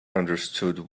understood